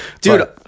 Dude